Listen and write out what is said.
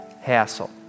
hassle